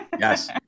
Yes